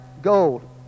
gold